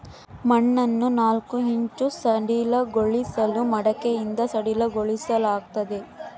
ಮಣ್ಣನ್ನು ನಾಲ್ಕು ಇಂಚು ಸಡಿಲಗೊಳಿಸಲು ಮಡಿಕೆಯಿಂದ ಸಡಿಲಗೊಳಿಸಲಾಗ್ತದೆ